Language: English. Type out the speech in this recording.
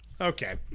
okay